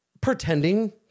pretending